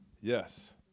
Yes